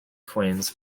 coins